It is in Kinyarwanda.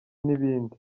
n’ibindi